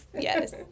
yes